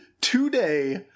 today